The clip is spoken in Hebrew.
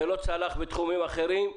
זה לא צלח בתחומים אחרים.